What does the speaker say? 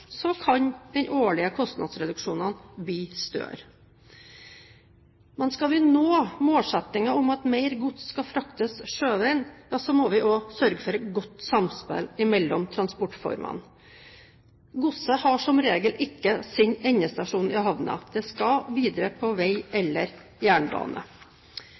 kan den årlige kostnadsreduksjonen bli større. Men skal vi nå målsettingen om at mer gods skal fraktes sjøveien, må vi også sørge for godt samspill mellom transportformene. Godset har som regel ikke sin endestasjon i havnen. Det skal videre på vei eller jernbane.